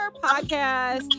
podcast